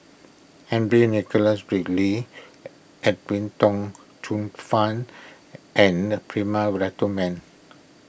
Henry Nicholas Ridley Edwin Tong Chun Fai and Prema